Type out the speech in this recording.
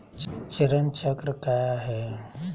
चरण चक्र काया है?